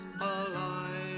alive